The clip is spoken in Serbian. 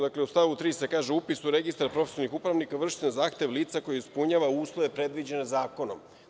Dakle, u stavu 3. se kaže: „Upis u registar profesionalnih upravnika vrši se na zahtev lica koje ispunjava uslove predviđene zakonom“